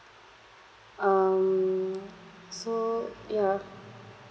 um so yeah